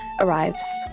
arrives